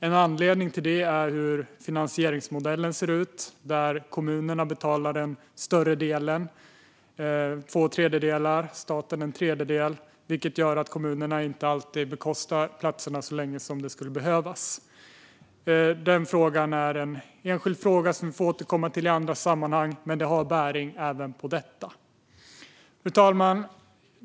En anledning till det är finansieringsmodellen, där kommunerna betalar den större delen. De betalar två tredjedelar och staten en tredjedel, vilket gör att kommunerna inte alltid bekostar platserna så länge som det skulle behövas. Den frågan är en enskild fråga som vi får återkomma till i andra sammanhang, men den har bäring även på detta. Fru talman!